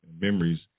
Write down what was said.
memories